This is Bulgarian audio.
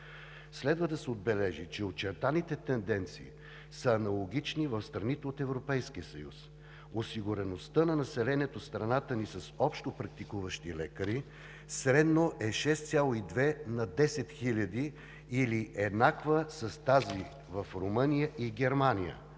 Следва да се отбележи, че очертаните тенденции са аналогични в страните от Европейския съюз. Осигуреността на населението в страната ни с общопрактикуващи лекари средно е 6,2 на 10 хиляди или еднаква с тази в Румъния и Германия.